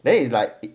then it's like